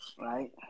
right